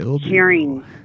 hearing